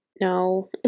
No